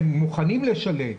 הם מוכנים לשלם,